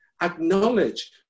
acknowledge